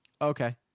Okay